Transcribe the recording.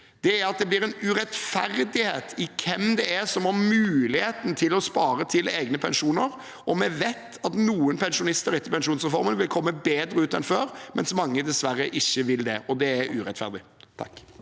det blir en urettferdighet i hvem som har muligheten til å spare til egne pensjoner. Vi vet at noen pensjonister etter pensjonsreformen vil komme bedre ut enn før, mens mange dessverre ikke vil det, og det er urettferdig.